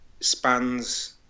spans